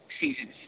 seasons